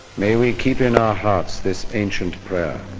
may we keep in our hearts this ancient prayer,